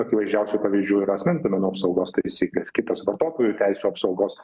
akivaizdžiausių pavyzdžių yra asmens duomenų apsaugos taisyklės kitas vartotojų teisių apsaugos